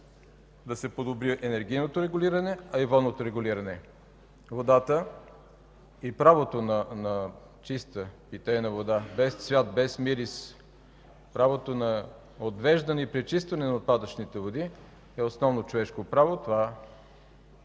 да се подобри енергийното, а и водното регулиране. Водата, правото на чиста питейна вода без цвят, без мирис, правото на отвеждане и пречистване на отпадъчните води е основно човешко право. Това е